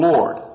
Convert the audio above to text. Lord